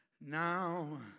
now